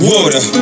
Water